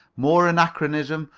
more anachronism,